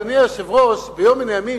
אדוני היושב-ראש: ביום מן הימים,